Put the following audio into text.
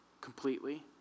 Completely